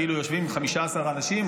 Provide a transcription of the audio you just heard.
כאילו יושבים 15 אנשים,